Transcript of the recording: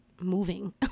moving